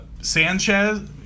Sanchez